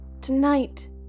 Tonight